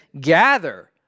gather